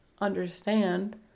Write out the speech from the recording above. understand